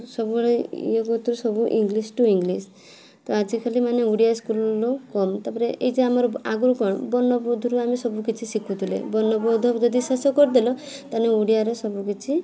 ସବୁବେଳେ ଇଏ କତରୁ ସବୁ ଇଂଲିସ୍ ଟୁ ଇଂଲିସ୍ ତ ଆଜିକାଲି ମାନେ ଓଡ଼ିଆ ସ୍କୁଲ୍ କମ୍ ତା'ପରେ ଏଇ ଯେ ଆମର ଆଗରୁ କ'ଣ ବର୍ଣ୍ଣବୋଧରୁ ଆମେ ସବୁକିଛି ଶିଖୁଥିଲେ ବର୍ଣ୍ଣବୋଧ ଯଦି ଶେଷ କରିଦେଲ ତା'ହେଲେ ଓଡ଼ିଆରେ ସବୁକିଛି